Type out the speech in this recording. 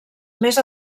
més